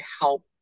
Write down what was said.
help